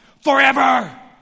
Forever